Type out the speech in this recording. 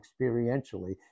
experientially